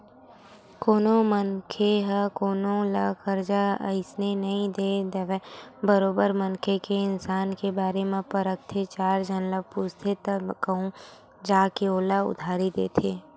कोनो मनखे ह कोनो ल करजा अइसने नइ दे देवय बरोबर मनखे के ईमान के बारे म परखथे चार झन ल पूछथे तब कहूँ जा के ओला उधारी देथे